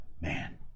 man